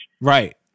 Right